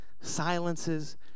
silences